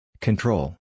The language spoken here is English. Control